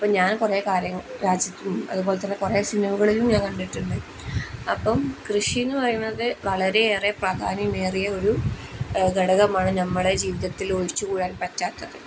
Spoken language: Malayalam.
അപ്പം ഞാൻ കുറേ കാര്യങ്ങൾ രാജ്യത്തും അതുപോലെത്തന്നെ കുറേ സിനിമകളിലും ഞാൻ കണ്ടിട്ടുണ്ട് അപ്പം കൃഷി എന്ന് പറയുന്നത് വളരെയേറെ പ്രാധാന്യമേറിയ ഒരു ഘടകമാണ് നമ്മളെ ജീവിതത്തിൽ ഒഴിച്ച് കൂടാൻ പറ്റാത്ത